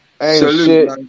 Hey